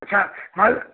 अच्छा माल